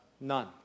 None